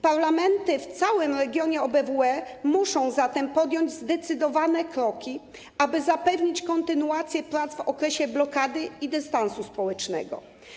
Parlamenty w całym regionie OBWE muszą zatem podjąć zdecydowane kroki, aby zapewnić kontynuację prac w okresie blokady i dystansu społecznego.